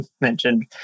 mentioned